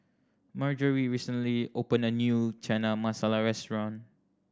Marjory recently opened a new Chana Masala Restaurant